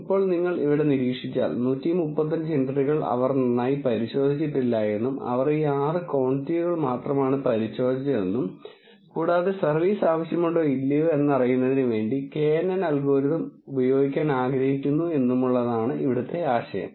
ഇപ്പോൾ നിങ്ങൾ ഇവിടെ നിരീക്ഷിച്ചാൽ 135 എൻട്രികൾ അവർ നന്നായി പരിശോധിച്ചിട്ടില്ല എന്നും അവർ ഈ 6 ക്വാണ്ടിറ്റികൾ മാത്രമാണ് പരിശോധിച്ചതെന്നും കൂടാതെ സർവീസ് ആവശ്യമുണ്ടോ ഇല്ലയോ എന്നറിയുന്നതിനു വേണ്ടി knn അൽഗോരിതം ഉപയോഗിക്കാൻ ആഗ്രഹിക്കുന്നു എന്നുമുള്ളതാണ് ഇവിടുത്തെ ആശയം